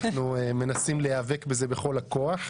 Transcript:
אנחנו מנסים להיאבק בזה בכל הכוח.